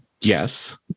Yes